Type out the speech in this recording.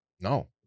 No